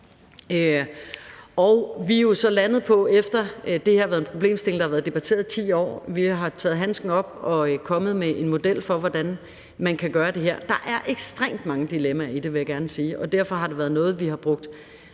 efter at det her har været en problemstilling, der har været debatteret i 10 år, taget handsken op og er kommet med en model for, hvordan man kan gøre det her. Der er ekstremt mange dilemmaer i det, vil jeg gerne sige, og derfor er det noget, vi har brugt